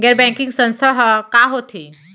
गैर बैंकिंग संस्था ह का होथे?